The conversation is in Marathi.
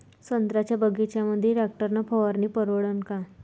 संत्र्याच्या बगीच्यामंदी टॅक्टर न फवारनी परवडन का?